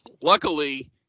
luckily